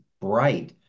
bright